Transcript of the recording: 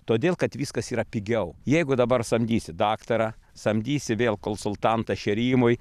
todėl kad viskas yra pigiau jeigu dabar samdysi daktarą samdysi vėl kolsultantą šėrimui